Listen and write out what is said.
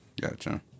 Gotcha